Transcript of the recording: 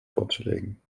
vorzulegen